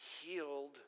healed